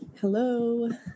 Hello